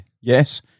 yes